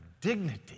dignity